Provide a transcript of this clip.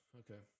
okay